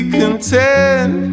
content